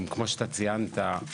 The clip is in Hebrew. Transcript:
כמו שציינת,